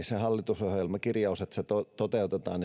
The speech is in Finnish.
se hallitusohjelman kirjaus toteutetaan